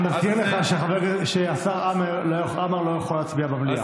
אני מזכיר לך שהשר עמאר לא יכול להצביע במליאה.